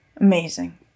Amazing